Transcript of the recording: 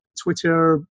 Twitter